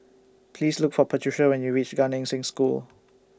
Please Look For Patrica when YOU REACH Gan Eng Seng School